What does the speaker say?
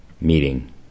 meeting